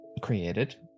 created